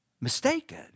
mistaken